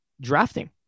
drafting